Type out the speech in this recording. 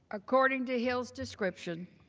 according to hills description,